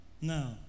Now